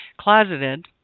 closeted